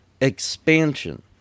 expansion